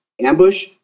ambush